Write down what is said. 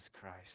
Christ